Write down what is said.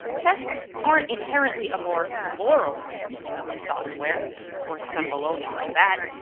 tests aren't inherently a more moral way to develop software or some baloney like that,